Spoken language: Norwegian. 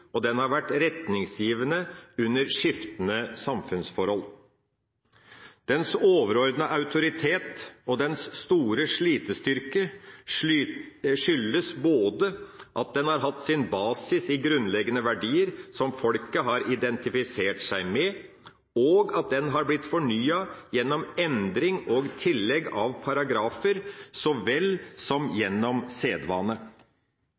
og den har vært retningsgivende under skiftende samfunnsforhold. Dens overordnede autoritet og dens store slitestyrke skyldes både at den har hatt sin basis i grunnleggende verdier som folket har identifisert seg med, og at den har blitt fornyet gjennom endring og tillegg av paragrafer så vel som